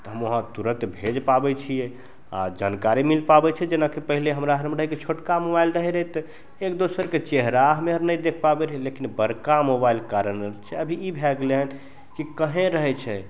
तऽ हम वहाँ तुरन्त भेजि पाबै छिए आओर जानकारी मिलि पाबै छै जेनाकि पहिले हमरा घरमे रहै कि छोटका मोबाइल रहै रहै तऽ एक दोसरके चेहरा हमे आओर नहि देखि पाबै रहिए लेकिन बड़का मोबाइलके कारण आब ई भै गेलै हँ कि कहैँ रहै छै